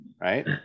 right